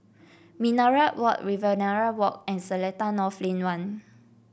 Minaret Walk Riverina Walk and Seletar North Lane One